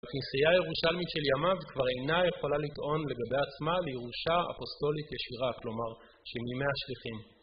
הכנסייה הירושלמית של ימיו כבר אינה יכולה לטעון לגבי עצמה לירושה אפוסטולית ישירה, כלומר, של מימי השליחים.